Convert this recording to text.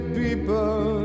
people